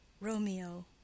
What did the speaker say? romeo